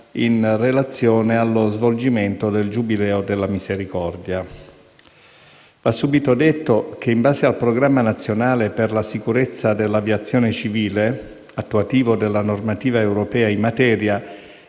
in relazione allo svolgimento del Giubileo della Misericordia. Va subito detto che, in base al Programma nazionale per la sicurezza dell'aviazione civile, attuativo della normativa europea in materia,